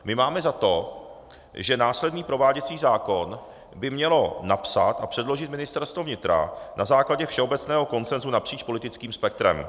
My máme za to, že následný prováděcí zákon by mělo napsat a předložit Ministerstvo vnitra na základě všeobecného konsenzu napříč politickým spektrem.